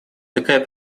такая